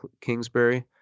Kingsbury